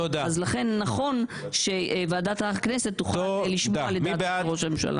לכן נכון שוועדת הכנסת תוכל לשמוע לדעת ראש הממשלה.